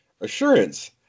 assurance